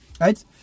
right